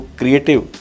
creative